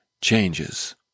changes